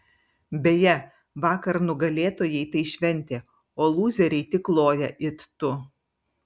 beje vakar nugalėtojai tai šventė o lūzeriai tik loja it tu